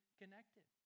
connected